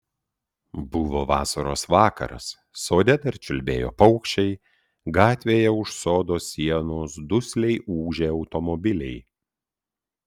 buvo vasaros vakaras sode dar čiulbėjo paukščiai gatvėje už sodo sienos dusliai ūžė automobiliai